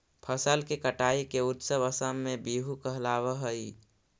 फसल के कटाई के उत्सव असम में बीहू कहलावऽ हइ